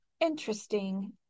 interesting